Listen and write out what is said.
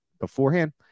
beforehand